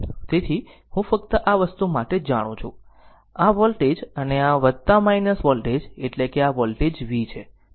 તેથી હું ફક્ત આ વસ્તુ માટે જ જાણું છું આ વોલ્ટેજ અને આ વોલ્ટેજ એટલે કે આ વોલ્ટેજ v છે